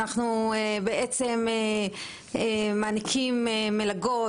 אנחנו מעניקים מלגות